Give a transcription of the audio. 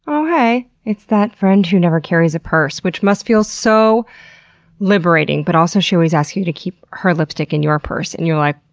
oh, haaay. it's that friend who never carries a purse, which must feel sooo so liberating. but also, she always asks you to keep her lipstick in your purse, and you're like,